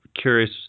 curious